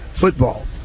Football